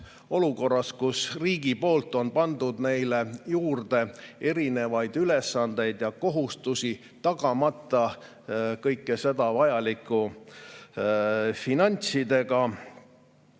olukorras, kus riigi poolt on pandud neile juurde erinevaid ülesandeid ja kohustusi, [toetamata] seda kõike vajalike finantsidega;